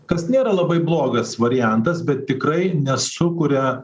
kas nėra labai blogas variantas bet tikrai nesukuria